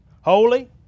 holy